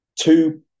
two